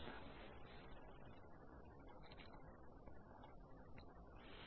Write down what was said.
LINSYS1 DESKTOPPublicggvlcsnap 2016 02 29 10h02m31s137